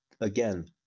again